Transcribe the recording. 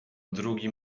drugi